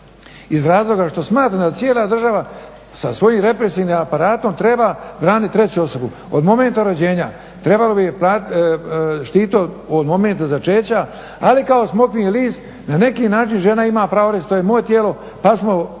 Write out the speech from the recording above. iz razloga što smatram da cijela država sa svojim represivnim aparatom treba braniti treću osobu. Od momenta rođenja trebalo bi štiti od momenta začeća ali kao smokvin list na neki način žena ima pravo reći to je moje tijelo pa smo dopustili